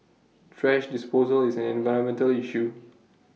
thrash disposal is an environmental issue